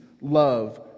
love